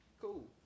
Cool